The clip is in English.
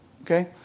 okay